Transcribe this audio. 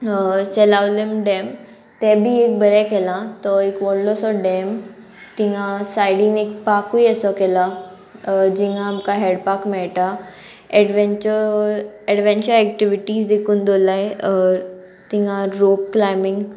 चलावलेम dam ते बी एक बरें केलां तो एक व्हडलोसो डॅम तिंगा सायडीन एक पाकूय असो केला जिंगा आमकां हेडपाक मेळटा एडवँचर एडवँचर एक्टिविटीज देखून दवराय तिंगा रॉक क्लायबींग